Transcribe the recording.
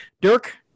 Dirk